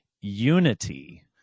unity